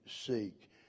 seek